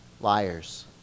liars